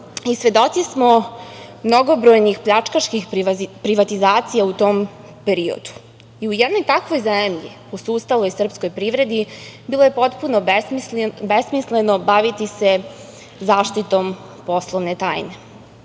i svedoci smo mnogobrojnih pljačkaških privatizacija u tom periodu. U jednoj takvoj zemlji, posustaloj srpskoj privredi, bilo je potpuno besmisleno baviti se zaštitom poslovne